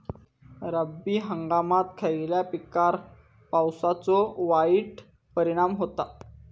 रब्बी हंगामात खयल्या पिकार पावसाचो वाईट परिणाम होता?